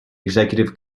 executive